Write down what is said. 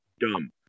dumb